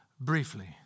briefly